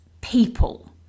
people